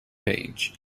page